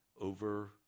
over